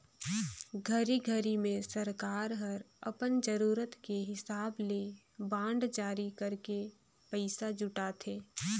घरी घरी मे सरकार हर अपन जरूरत के हिसाब ले बांड जारी करके पइसा जुटाथे